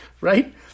right